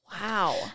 Wow